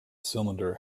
cylinder